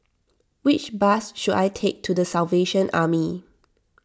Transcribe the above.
which bus should I take to the Salvation Army